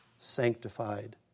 sanctified